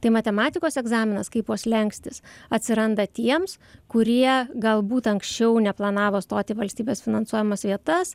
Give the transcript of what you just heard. tai matematikos egzaminas kaipo slenkstis atsiranda tiems kurie galbūt anksčiau neplanavo stoti į valstybės finansuojamas vietas